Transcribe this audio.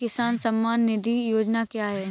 किसान सम्मान निधि योजना क्या है?